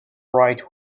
right